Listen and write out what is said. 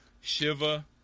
Shiva